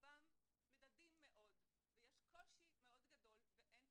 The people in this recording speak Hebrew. רובם מדדים מאוד ויש קושי מאוד גדול ואין תקציב.